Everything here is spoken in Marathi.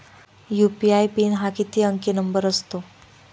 यू.पी.आय पिन हा किती अंकी नंबर असतो?